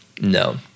no